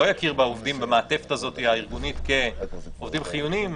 יכיר בעובדים במעטפת הארגונית הזאת כעובדים חיוניים